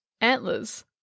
antlers